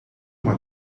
uma